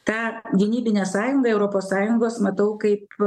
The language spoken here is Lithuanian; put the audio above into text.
tą gynybinę sąjungą europos sąjungos matau kaip